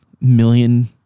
million